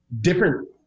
different